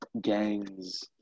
gangs